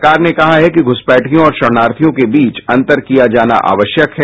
सरकार ने कहा है कि घुसपैठियों और शरणार्थियों के बीच अंतर किया जाना आवश्यक है